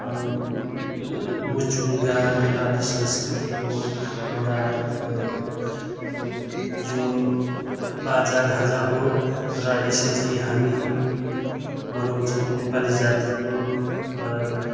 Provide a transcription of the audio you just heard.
मुर्चुङ्गा नेपाली संस्कृतिको एउटा यो बाजागाजा हो र यसरी हामी मनाउँछौँ नेपाली जातिको